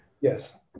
Yes